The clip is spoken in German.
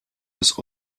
aus